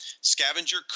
Scavenger